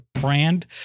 brand